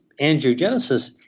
angiogenesis